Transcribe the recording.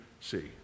see